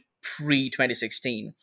pre-2016